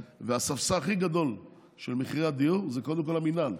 והספסר הכי גדול של מחירי הדיור זה קודם כול המינהל.